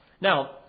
Now